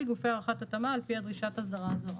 גופי הערכת התאמה על פי דרישות אסדרה זרה."